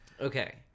Okay